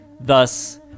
Thus